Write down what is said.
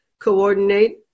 coordinate